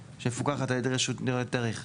שמפוקחת על ידי הרשות לניירות ערך,